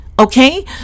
okay